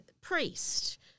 priest